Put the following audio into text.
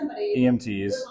EMTs